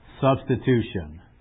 substitution